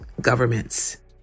governments